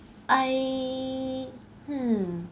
I hmm